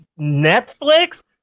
Netflix